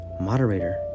moderator